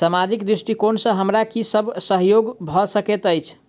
सामाजिक दृष्टिकोण सँ हमरा की सब सहयोग भऽ सकैत अछि?